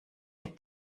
der